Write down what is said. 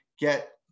get